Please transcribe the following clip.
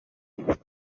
world